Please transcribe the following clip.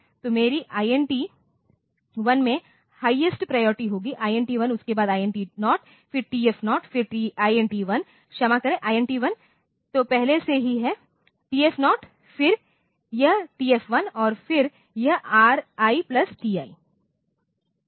तो मेरी INT 1 में हाईएस्ट प्रायोरिटी होगी INT 1उसके बाद INT 0 फिर TF0 फिर INT 1 क्षमा करें INT 1 तो पहले से ही है TF0 फिर यह TF1 और फिर यह RI प्लस TI